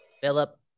Philip